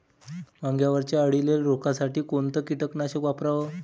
वांग्यावरच्या अळीले रोकासाठी कोनतं कीटकनाशक वापराव?